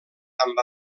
amb